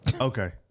okay